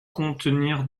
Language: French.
contenir